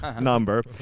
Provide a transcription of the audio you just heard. number